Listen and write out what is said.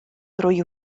drwy